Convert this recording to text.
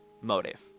motive